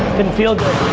couldn't feel good.